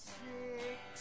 six